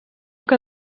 que